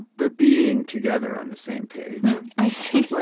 but being together on the same page i see. like